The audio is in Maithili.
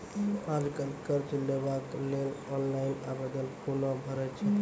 आज कल कर्ज लेवाक लेल ऑनलाइन आवेदन कूना भरै छै?